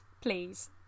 Please